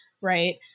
Right